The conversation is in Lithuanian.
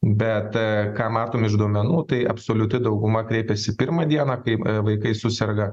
bet ką matom iš duomenų tai absoliuti dauguma kreipiasi pirmą dieną kai vaikai suserga